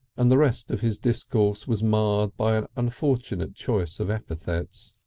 and the rest of his discourse was marred by an unfortunate choice of epithets.